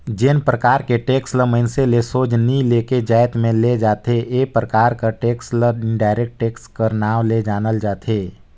जेन परकार के टेक्स ल मइनसे ले सोझ नी लेके जाएत में ले जाथे ए परकार कर टेक्स ल इनडायरेक्ट टेक्स कर नांव ले जानल जाथे